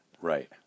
Right